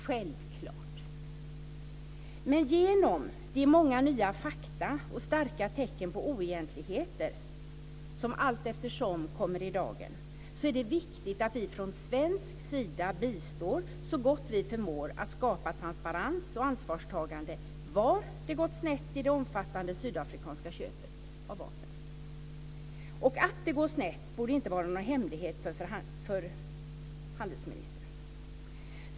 Det är självklart. Men i och med de många nya fakta och starka tecken på oegentligheter som allteftersom kommer i dagen är det viktigt att vi från svensk sida bistår så gott vi förmår med att skapa transparens och ansvarstagande när det gäller var det har gått snett i det omfattande sydafrikanska köpet av vapen. Och att det har gått snett borde inte vara någon hemlighet för handelsministern.